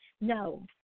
No